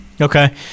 Okay